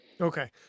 Okay